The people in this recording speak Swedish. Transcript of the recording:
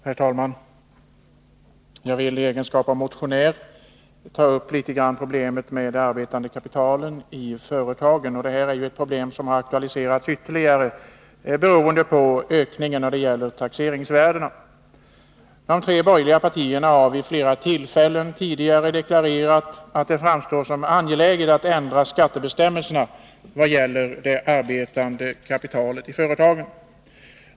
Herr talman! Jag vill i egenskap av motionär beröra frågan om beskattningen av det arbetande kapitalet i företagen. Detta problem har accentuerats ytterligare genom de höjda taxeringsvärdena. De tre borgerliga partierna har vid flera tillfällen deklarerat att det framstår såsom angeläget att ändra skattebestämmelserna vad gäller det arbetande kapitalet.